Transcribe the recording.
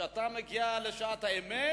אבל כשאתה מגיע לשעת האמת,